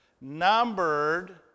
numbered